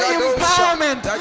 empowerment